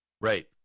Right